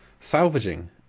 salvaging